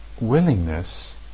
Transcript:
willingness